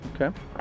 Okay